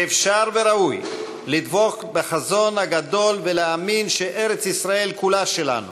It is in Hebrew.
שאפשר וראוי לדבוק בחזון הגדול ולהאמין שארץ-ישראל כולה שלנו,